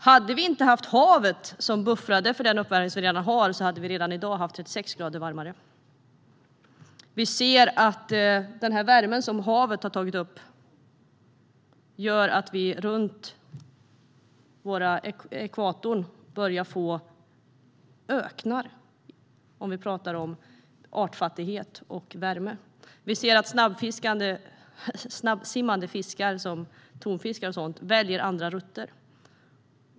Hade vi inte haft havet som buffrar för den uppvärmning vi redan har hade vi redan i dag haft sex grader varmare. Vi ser att den värme som havet har tagit upp gör att vi runt ekvatorn börjar få öknar - vi talar om artfattighet och värme. Vi ser att snabbsimmande fiskar som tonfisken väljer andra rutter.